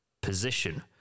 position